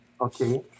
okay